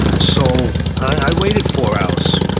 so i waited four hours,